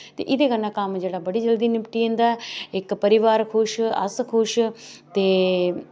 ते एह्दे कन्नै कम्म जेह्ड़ा बड़ी जल्दी निपटी जंदा ऐ इक परोआर खुश अस खुश ते